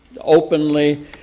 openly